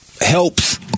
helps